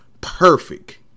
perfect